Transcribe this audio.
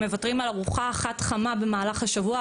מוותרים על ארוחה אחת חמה פעם בשבוע,